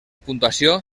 puntuació